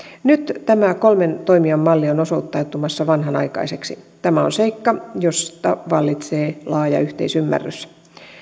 nyt tämä kolmen toimijan malli on osoittautumassa vanhanaikaiseksi tämä on seikka josta vallitsee laaja yhteisymmärrys